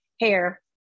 hair